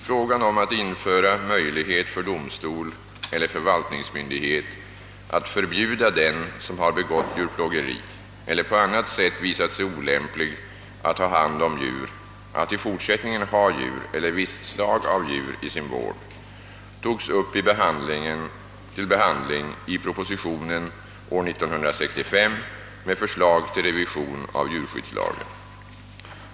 Frågan om att införa möjlighet för domstol eller förvaltningsmyndighet att förbjuda den, som har begått djurplågeri eller på annat sätt visat sig olämplig att ha hand om djur, att i fortsättningen ha djur eller visst slag av djur i sin vård togs upp till behandling i propositionen år 1965 med förslag till revision av djurskyddslagen.